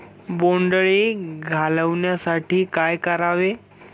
बोंडअळी घालवण्यासाठी काय करावे?